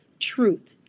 truth